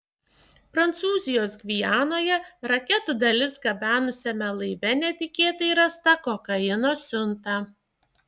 prancūzijos gvianoje raketų dalis gabenusiame laive netikėtai rasta kokaino siunta